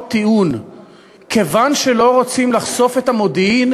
טיעון כיוון שלא רוצים לחשוף את המודיעין,